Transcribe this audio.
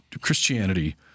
Christianity